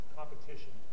competition